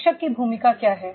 प्रशिक्षक की भूमिका क्या है